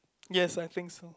yes I think so